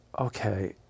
okay